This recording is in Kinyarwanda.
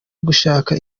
ugushaka